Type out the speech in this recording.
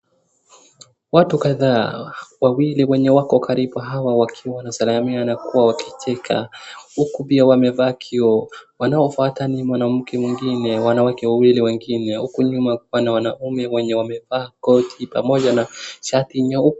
Watu kadhaa wawili wenye wako karibu hawa wakiwa wanasalimiana kuwa wakicheka huku pia wamevaa kioo. Wanao fuata ni mwanamke mwingine, wanawake wawili wengine huku nyuma kuna wanaume wenye wamevaa koti pamoja na shati nyeupe.